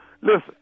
Listen